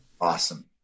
awesome